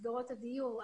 מסגרות הדיור,